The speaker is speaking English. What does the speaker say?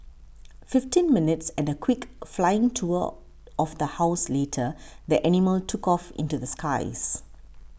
fifteen minutes and a quick flying tour of the house later the animal took off into the skies